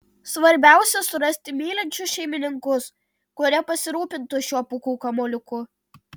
svarbiausia surasti mylinčius šeimininkus kurie pasirūpintų šiuo pūkų kamuoliuku